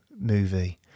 movie